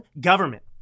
government